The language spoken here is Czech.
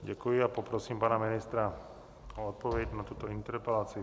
Děkuji a poprosím pana ministra o odpověď na tuto interpelaci.